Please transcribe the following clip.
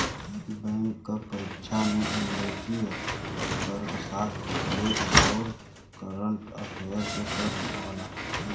bank क परीक्षा में अंग्रेजी, तर्कशास्त्र, गणित आउर कंरट अफेयर्स के प्रश्न आवला